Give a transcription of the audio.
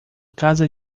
casa